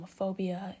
homophobia